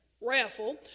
raffle